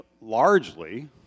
largely